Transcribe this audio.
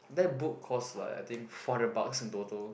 that book cost like I think four hundred bucks in total